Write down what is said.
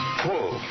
pull